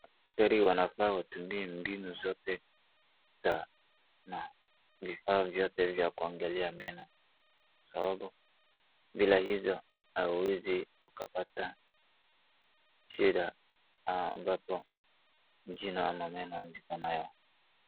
Daktari wanafaa watumie mbinu zote na vifaa vyote vya kuangalia meno sababu bila hizo hauwezi ukapata shida ambapo jino ama meno ziko nayo.